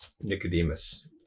Nicodemus